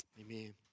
amen